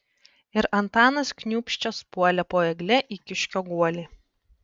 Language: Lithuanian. ir antanas kniūbsčias puolė po egle į kiškio guolį